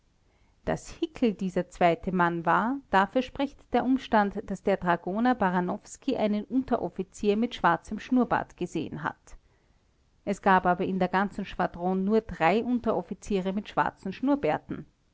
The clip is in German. daß hickel dieser zweite mann war dafür spricht der umstand daß der dragoner baranowski einen unteroffizier mit schwarzem schnurrbart gesehen hat es gab aber in der ganzen schwadron nur drei unteroffiziere mit schwarzen schnurrbärten